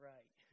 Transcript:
Right